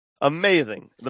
amazing